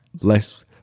less